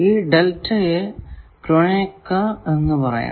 ഈ ഡെൽറ്റയേ ക്രോനേക്കർ എന്ന് പറയാം